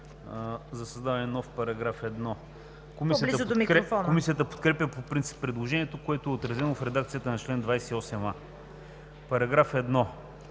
за създаване на нов § 1. Комисията подкрепя по принцип предложението, което е отразено в редакцията на чл. 28а. По § 1